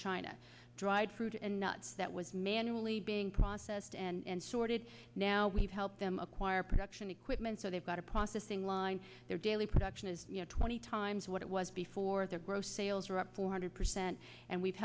china dried fruit and nuts that was manually being processed and sorted now we've helped them acquire production equipment so they've got a processing line their daily production is twenty times what it was before their gross sales were up four hundred percent and we've